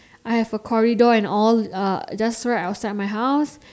I have a corridor and all uh just right outside my house